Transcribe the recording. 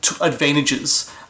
advantages